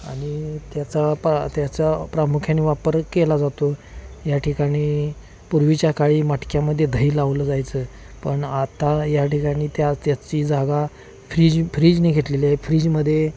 आणि त्याचा प त्याचा प्रामुख्याने वापर केला जातो या ठिकाणी पूर्वीच्या काळी मटक्यामध्ये दही लावलं जायचं पण आत्ता या ठिकाणी त्या त्याची जागा फ्रीज फ्रीजने घेतलेली आहे फ्रीजमध्ये